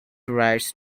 rights